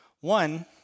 One